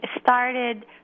started